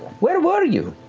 where were you?